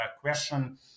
question